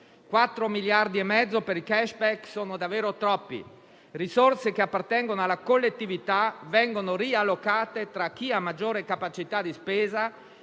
4,5 miliardi per il *cashback* sono davvero troppi; risorse che appartengono alla collettività vengono riallocate tra chi ha maggiore capacità di spesa